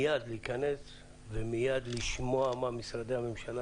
מייד להיכנס ומייד לשמוע מה למשרדי הממשלה